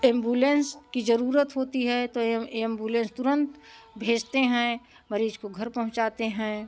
ambulance कि जरूरत होती है तो एम्बुलेंस तुरन्त भेजते हैं मरीज को घर पहुँचाते हैं